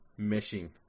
meshing